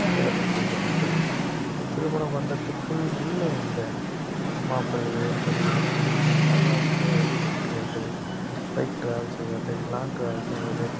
அதை அவர்கள் செய்கிறார்கள் ஒரு திருமண பந்தத்திற்குள் உள்ள அந்த ஒரு மாப்பிளையோ பெண்ணோ அனியாவசியமாய் வெளியே சுற்றுவது பைக் ட்ராவல் செய்வது லாங் ட்ராவல் செய்வது